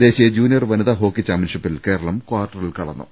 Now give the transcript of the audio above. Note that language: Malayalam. ദേശീയ ജൂനിയർ വനിതാ ഹോക്കി ചാമ്പ്യൻഷിപ്പിൽ കേരളം കാർട്ടറിൽ കടന്നു